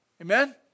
Amen